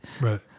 Right